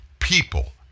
People